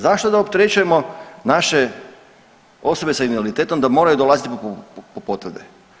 Zašto da opterećujemo naše osobe sa invaliditetom da moraju dolaziti po potvrde?